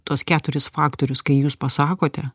tuos keturis faktorius kai jūs pasakote